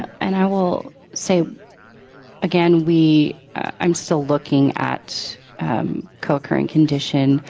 and i will say again we i'm still looking at co occurring condition,